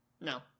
No